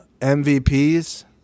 mvps